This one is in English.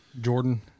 Jordan